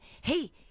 hey